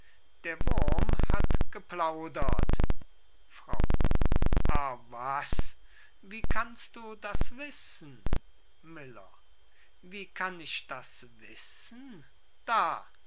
der wurm hat geplaudert frau ah was wie kannst du das wissen miller wie kann ich das wissen da